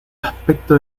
aspecto